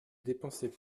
dépensez